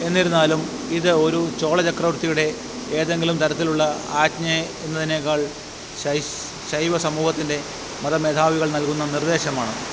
എന്നിരുന്നാലും ഇത് ഒരു ചോളചക്രവർത്തിയുടെ ഏതെങ്കിലും തരത്തിലുള്ള ആജ്ഞ എന്നതിനേക്കാള് ശൈവ സമൂഹത്തിന്റെ മതമേധാവികൾ നൽകുന്ന നിർദ്ദേശമാണ്